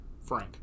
Frank